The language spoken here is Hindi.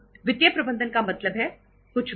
वित्तीय प्रबंधन का मतलब है कुछ भी नहीं